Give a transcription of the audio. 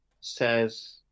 says